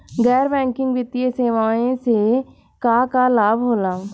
गैर बैंकिंग वित्तीय सेवाएं से का का लाभ होला?